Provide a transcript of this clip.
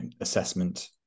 assessment